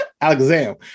alexander